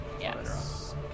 Yes